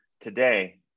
today